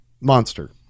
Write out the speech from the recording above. monster